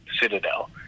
Citadel